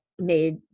made